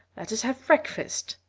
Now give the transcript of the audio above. let us have breakfast,